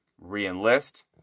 re-enlist